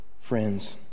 friends